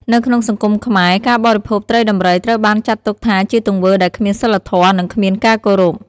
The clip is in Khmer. នៅក្នុងសង្គមខ្មែរ ការបរិភោគត្រីដំរីត្រូវបានចាត់ទុកថាជាទង្វើដែលគ្មានសីលធម៌និងគ្មានការគោរព។